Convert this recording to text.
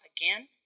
again